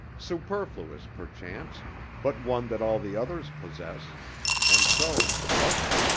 superfluous perchance but one that all the others possess and so, blushing,